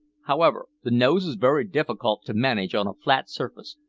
however, the nose is very difficult to manage on a flat surface,